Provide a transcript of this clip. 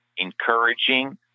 encouraging